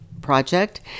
project